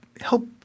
help